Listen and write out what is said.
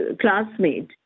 classmate